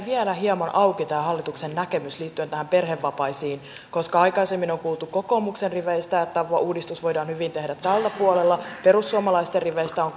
vielä hieman auki hallituksen näkemys liittyen perhevapaisiin koska aikaisemmin on kuultu kokoomuksen riveistä että uudistus voidaan hyvin tehdä tällä kaudella perussuomalaisten riveistä on